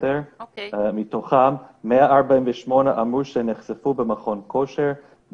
148 מתוכם אמרו שהם נחשפו במכון כושר,